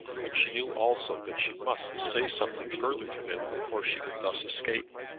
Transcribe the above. but she knew also that she must say something further to him before she could thus escape.